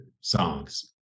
songs